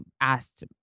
asked